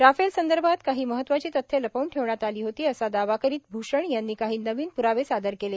Rafale संदर्भात काही महत्वाची तथ्य लपवून ठेवण्यात आली होती असा दावा करीत भूषण यांनी काही नवीन प्रावे सादर केले